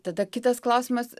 tada kitas klausimas